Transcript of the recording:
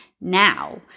now